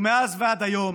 ומאז ועד היום